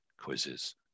quizzes